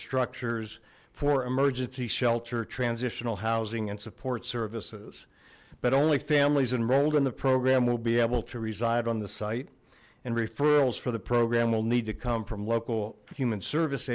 structures for emergency shelter transitional housing and support services but only families enrolled in the program will be able to reside on the site and referrals for the program will need to come from local human service